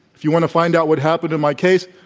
if you want to find out what happened in my case,